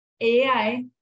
ai